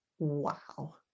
Wow